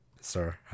Sir